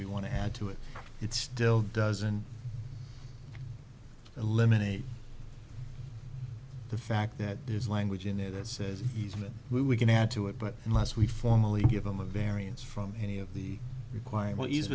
we want to add to it it still doesn't eliminate the fact that there's language in there that says he's not we we can add to it but unless we formally give them a variance from any of the requiring what he's